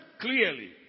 clearly